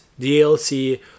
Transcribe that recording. DLC